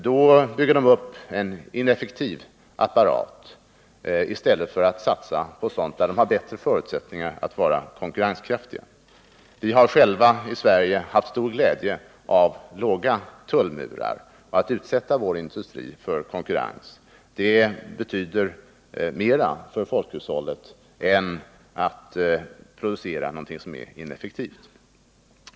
Då bygger de upp en ineffektiv apparat i stället för att satsa på sådant som de har bättre förutsättningar än andra att konkurrera med. Vi har i Sverige haft stor glädje av låga tullmurar och av att utsätta vår industri för konkurrens. Ett sådant system betyder mera för folkhushållet än att man producerar någonting som är ineffektivt.